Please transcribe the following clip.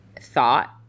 thought